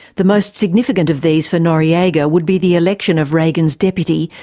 the most significant of these for noriega would be the election of reagan's deputy,